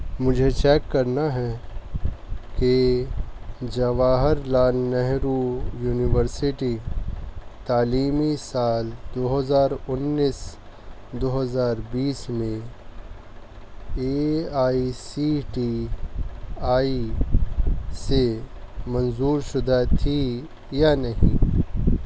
مجھے چیک کرنا ہے کہ جواہر لال نہرو یونیورسٹی تعلیمی سال دو ہزار انیس دو ہزار بیس میں A I C T I سے منظور شدہ تھی یا نہیں